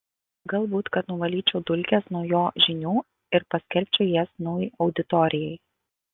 galbūt kad nuvalyčiau dulkes nuo jo žinių ir paskelbčiau jas naujai auditorijai